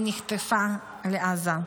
ונחטפה לעזה.